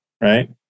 right